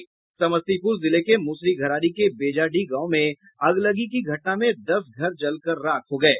समस्तीपुर जिले के मुसरीघरारी के बेझाडीह गांव में अगलगी घटना में दस घर जलकर रख हो गये